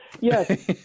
yes